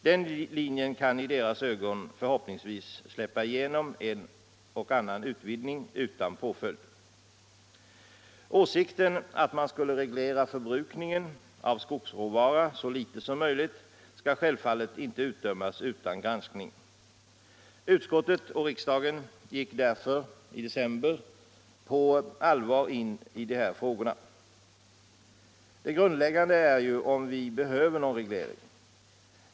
Den linjen kan i deras ögon förhoppningsvis släppa igenom en och annan utvidgning utan påföljd. Åsikten att man skall reglera förbrukningen av skogsråvara så litet som möjligt skall självfallet inte utdömas utan granskning. Utskottet och riksdagen gick därför i december på allvar in på de här frågorna. Det grundläggande är ju om vi behöver någon reglering.